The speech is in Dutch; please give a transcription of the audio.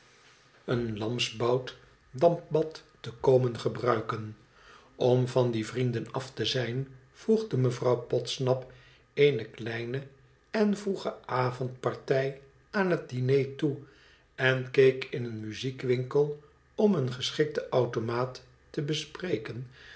een lamsbout dampbad te komen gebruiken om van die vnenden af te zijn voegde mevrouw podsnap eene kleine en vroege avondpartij aan het diner toe en keek in een muziekwinkel om een geschikten automaat te bespreken